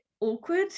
awkward